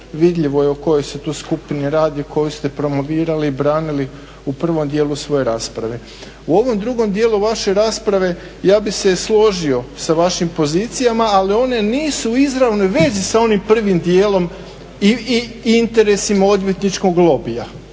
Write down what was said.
vidljivo o kojoj se tu skupini radi, koju ste promovirali, branili u prvom dijelu svoje rasprave. U ovom drugom dijelu vaše rasprave ja bih se složio sa vašim pozicijama ali one nisu u izravnoj vezi sa onim prvim dijelom interesima odvjetničkog lobija.